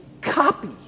copy